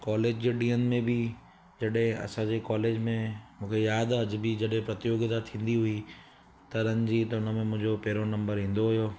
college जे ॾींहंनि में बि जॾहिं असांजे कॉलेज में मूंखे यादि आहे अॼु बि जॾहिं प्रतियोगिता थींदी हुई तरण जी त उनमें मुंहिंजो पहिरों नंबर ईंदो हुयो